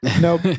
nope